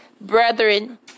Brethren